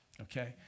Okay